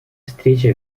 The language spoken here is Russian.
встрече